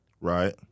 Right